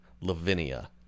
Lavinia